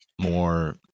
more